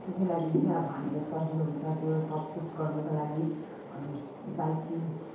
त्यो त्यही लागिन् चाहिँ अब हामीलाई सजिलो हुन्छ त्यो सब कुछ गर्नुको लागि अनि बाइकिङ